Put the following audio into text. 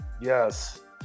yes